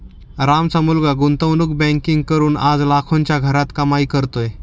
रामचा मुलगा गुंतवणूक बँकिंग करून आज लाखोंच्या घरात कमाई करतोय